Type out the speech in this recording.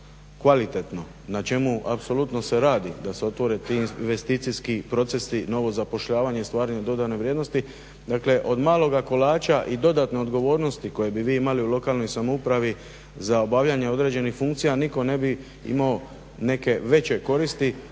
kvalitetno na čemu apsolutno se radi da se otvore ti investicijski procesi, novo zapošljavanje i stvaranje dodane vrijednosti. Dakle, od maloga kolača i dodatne odgovornosti koje bi vi imali u lokalnoj samoupravi za obavljanje određenih funkcija nitko ne bi imao neke veće koristi